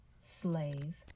slave